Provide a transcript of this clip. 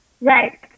Right